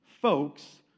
folks